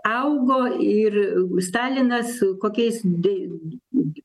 augo ir stalinas su kokiais de